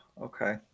Okay